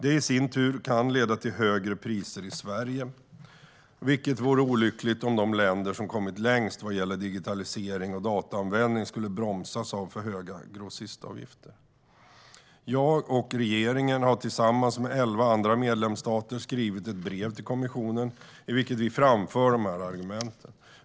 Det i sin tur kan leda till högre priser i Sverige, vilket vore olyckligt om de länder som kommit längst vad gäller digitalisering och dataanvändning skulle bromsas av för höga grossistavgifter. Jag och regeringen har tillsammans med elva andra medlemsstater skrivit ett brev till kommissionen i vilket vi framför dessa argument.